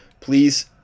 Please